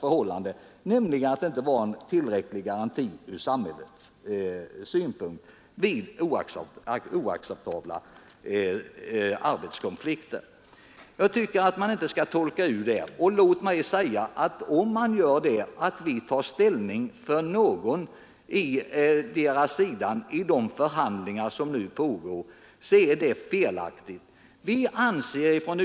Utskottet skriver: ”Genomförandet av lagstiftning som temporärt förbjöd stridsåtgärder bekräftar på sitt sätt detta förhållande.” Jag tycker inte att man skall förbise den saken. Låt mig också säga att om någon gör gällande att vi tar ställning för någondera sidan i de förhandlingar som nu pågår, så är det ett felaktigt påstående.